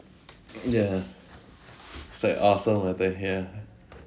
ya it's like ah some of them ya